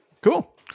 Cool